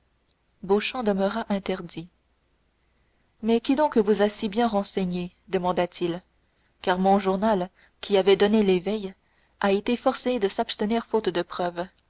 fait beauchamp demeura interdit mais qui donc vous a si bien renseigné demanda-t-il car mon journal qui avait donné l'éveil a été forcé de s'abstenir faute de preuves